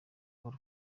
paul